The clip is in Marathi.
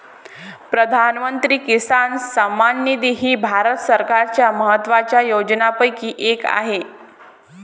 प्रधानमंत्री किसान सन्मान निधी ही भारत सरकारच्या महत्वाच्या योजनांपैकी एक आहे